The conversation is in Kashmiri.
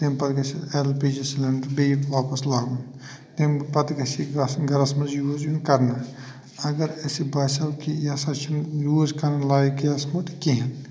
تَمہِ پتہٕ گَژھِ ایل پی جی سِلینٛڈَر بیٚیہِ واپَس لاگُن تَمہِ پتہٕ گَژھِ یہِ گَرَس منٛز یوٗز یُن کَرنہٕ اگر اسہِ باسیو کہِ یہِ ہسا چھُنہٕ یوٗز کَرُن لایق گیس مٔٹ کِہیٖنۍ